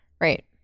Right